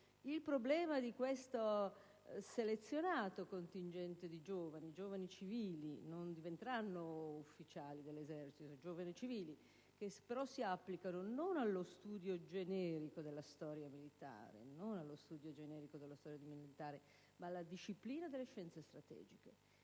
il problema di questo selezionato contingente di giovani civili che non diventeranno ufficiali dell'esercito, però si applicano non allo studio generico della storia militare, ma alla disciplina delle scienze strategiche